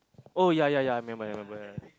oh ya ya ya I remember I remember ya